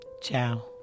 Ciao